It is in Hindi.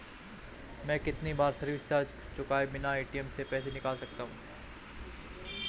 मैं कितनी बार सर्विस चार्ज चुकाए बिना ए.टी.एम से पैसे निकाल सकता हूं?